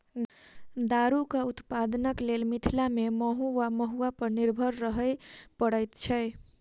दारूक उत्पादनक लेल मिथिला मे महु वा महुआ पर निर्भर रहय पड़ैत छै